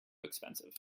expensive